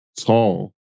tall